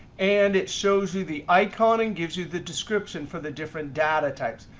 and it shows you the icon and gives you the description for the different data types.